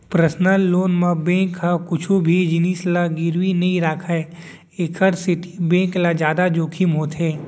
personal loan म bank ह कुछु भी जिनिस ल गिरवी नइ राखय एखर सेती बेंक ल जादा जोखिम होथे